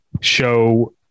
show